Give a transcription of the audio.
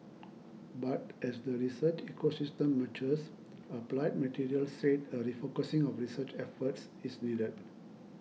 but as the research ecosystem matures Applied Materials said a refocusing of research efforts is needed